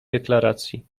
deklaracji